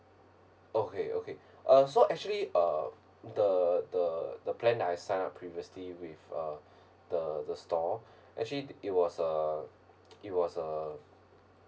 okay okay uh so actually uh the the the plan I sign up previously with uh the the store actually it was uh it was uh